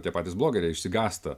tie patys blogeriai išsigąsta